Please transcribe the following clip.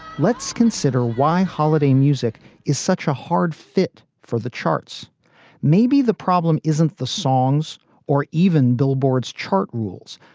let's consider why holiday music is such a hard fit for the charts maybe the problem isn't the songs or even billboard's chart rules,